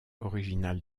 original